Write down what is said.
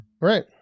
Right